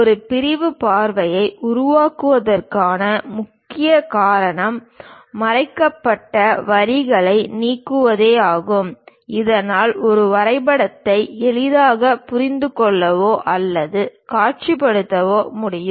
ஒரு பிரிவு பார்வையை உருவாக்குவதற்கான முக்கிய காரணம் மறைக்கப்பட்ட வரிகளை நீக்குவதே ஆகும் இதனால் ஒரு வரைபடத்தை எளிதாக புரிந்து கொள்ளவோ அல்லது காட்சிப்படுத்தவோ முடியும்